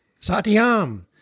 Satyam